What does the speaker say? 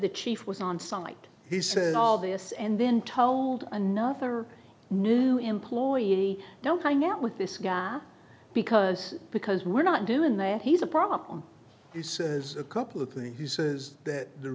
chief was on site he said all this and then told another new employee don't buy now with this guy because because we're not doing that he's a problem he says a couple of things he says that the